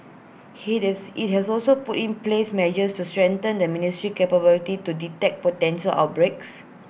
IT has also put in place measures to strengthen the ministry's capability to detect potential outbreaks